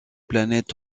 planètes